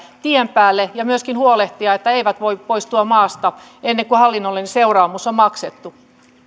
tien päälle ja myöskin huolehtia että ne eivät voi poistua maasta ennen kuin hallinnollinen seuraamus on maksettu